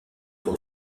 pour